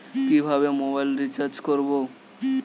কিভাবে mobile recharge করব?